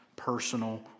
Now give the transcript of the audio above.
personal